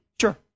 Sure